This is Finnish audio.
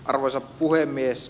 arvoisa puhemies